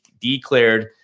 declared